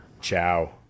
Ciao